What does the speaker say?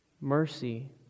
Mercy